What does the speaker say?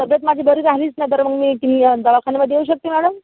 तब्येत माझी बरी झालीच नाही तर मग तियं मी दवाखान्यामध्ये येऊ शकते मॅडम